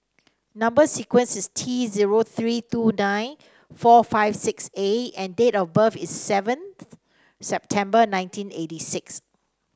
number sequence is T zero three two nine four five six A and date of birth is seventh September nineteen eighty six